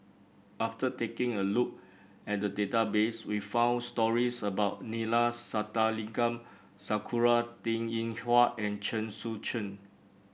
after taking a look at the database we found stories about Neila Sathyalingam Sakura Teng Ying Hua and Chen Sucheng